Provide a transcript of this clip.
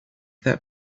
that